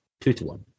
two-to-one